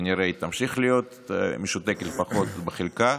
וכנראה היא תמשיך להיות משותקת, לפחות בחלקה,